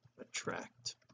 attract